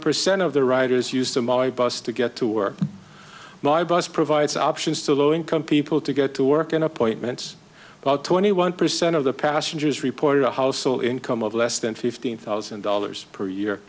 percent of the riders use the my bus to get to work my bus provides options to low income people to get to work and appointments about twenty one percent of the passengers reported a household income of less than fifteen thousand dollars per year